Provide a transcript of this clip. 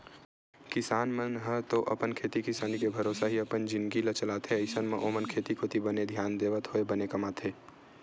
किसान मन ह तो अपन खेती किसानी के भरोसा ही अपन जिनगी ल चलाथे अइसन म ओमन खेती कोती बने धियान देवत होय बने कमाथे